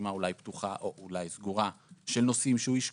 פתוחה או סגורה של נושאים שישקול,